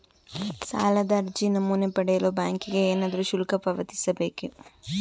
ಸಾಲದ ಅರ್ಜಿ ನಮೂನೆ ಪಡೆಯಲು ಬ್ಯಾಂಕಿಗೆ ಏನಾದರೂ ಶುಲ್ಕ ಪಾವತಿಸಬೇಕೇ?